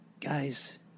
guys